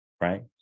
right